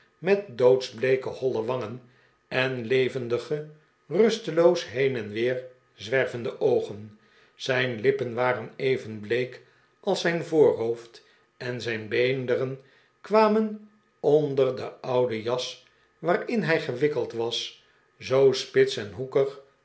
met doodsbleeke holle wangen en levendige rusteloos heen en weer zwervende oogen zijn lippen waren even bleek als zijn voorhoofd en zijn beenderen k warn en on der de oude jas waarin hij gewikkeld was zoo spits en hoekig